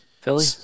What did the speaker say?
Philly